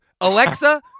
Alexa